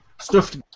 Stuffed